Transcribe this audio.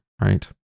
right